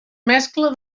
mescla